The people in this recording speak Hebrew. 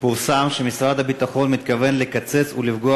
פורסם שמשרד הביטחון מתכוון לקצץ ולפגוע